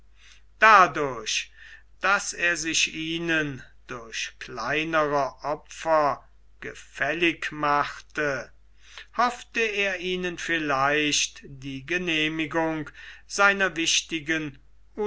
dadurch daß er sich ihnen durch kleinere opfer gefällig machte hoffte er ihnen vielleicht die genehmigung seiner wichtigen